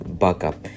backup